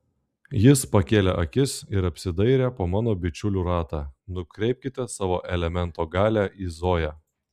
jis pakėlė akis ir apsidairė po mano bičiulių ratą nukreipkite savo elemento galią į zoją